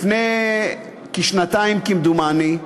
לפני שנתיים כמדומני,